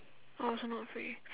I also not free